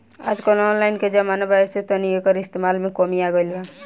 आजकल ऑनलाइन के जमाना बा ऐसे तनी एकर इस्तमाल में कमी आ गइल बा